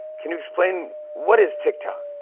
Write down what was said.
can you explain? what is tiktok?